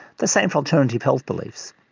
the same for alternative health beliefs.